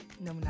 no